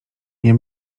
nie